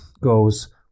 goes